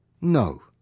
No